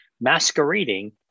masquerading